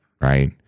Right